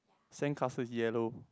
sandcastle yellow